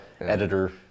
editor